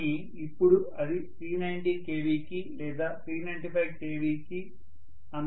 కానీ ఇప్పుడు అది 390 kVకి లేదా 395 kV అంత ఎక్కువకు వెళ్ళవచ్చు